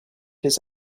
his